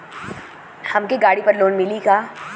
हमके गाड़ी पर लोन मिली का?